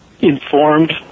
informed